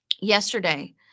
yesterday